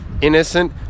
innocent